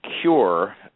cure